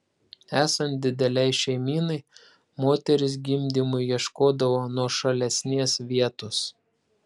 esant didelei šeimynai moterys gimdymui ieškodavo nuošalesnės vietos